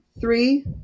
three